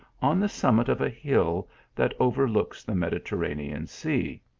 on the summit of a hill that overlooks the mediter ranean sea.